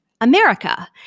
America